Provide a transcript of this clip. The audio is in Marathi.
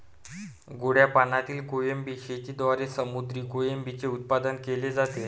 गोड्या पाण्यातील कोळंबी शेतीद्वारे समुद्री कोळंबीचे उत्पादन केले जाते